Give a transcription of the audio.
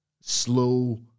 slow